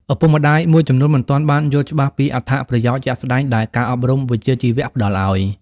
ឪពុកម្តាយមួយចំនួនមិនទាន់បានយល់ច្បាស់ពីអត្ថប្រយោជន៍ជាក់ស្តែងដែលការអប់រំវិជ្ជាជីវៈផ្តល់ឲ្យ។